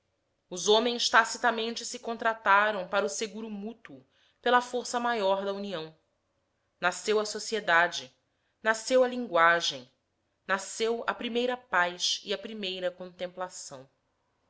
os homens tacitamente se contrataram para o seguro mútuo pela força maior da união nasceu a sociedade nasceu a linguagem nasceu a primeira paz e a primeira contemplação